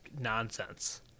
nonsense